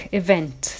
event